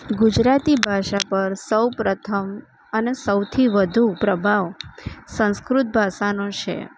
ગુજરાતી ભાષા પર સૌ પ્રથમ અને સૌથી વધુ પ્રભાવ સંસ્કૃત ભાસાનો છે